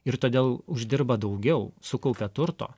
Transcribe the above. ir todėl uždirba daugiau sukaupia turto